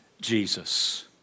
Jesus